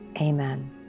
Amen